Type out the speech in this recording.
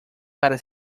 para